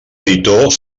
editor